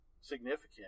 significant